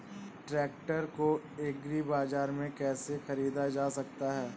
Tractor को agri बाजार से कैसे ख़रीदा जा सकता हैं?